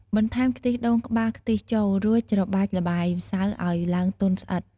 បន្ថែមខ្ទិះដូងក្បាលខ្ទិះចូល រួចច្របាច់ល្បាយម្សៅឱ្យឡើងទន់ស្អិត។